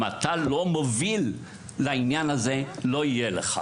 אם אתה לא מוביל לעניין הזה לא יהיה לך.